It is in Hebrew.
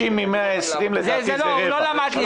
30 מ-120 לדעתי זה רבע.